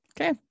Okay